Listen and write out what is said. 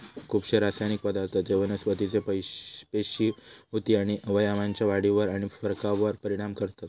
खुपशे रासायनिक पदार्थ जे वनस्पतीचे पेशी, उती आणि अवयवांच्या वाढीवर आणि फरकावर परिणाम करतत